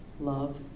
love